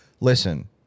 listen